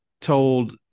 told